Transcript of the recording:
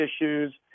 issues